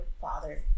father